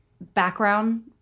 background